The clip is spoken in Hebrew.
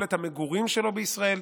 מיכולת המגורים שלו בישראל,